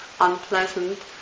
unpleasant